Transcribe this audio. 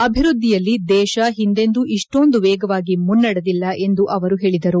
ಅಭಿವ್ಯದ್ದಿಯಲ್ಲಿ ದೇಶ ಒಂದೆಂದೂ ಇಷ್ಲೊಂದು ವೇಗವಾಗಿ ಮುನ್ನಡೆದಿಲ್ಲ ಎಂದು ಅವರು ಹೇಳಿದರು